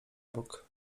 bok